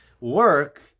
work